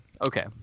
Okay